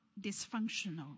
dysfunctional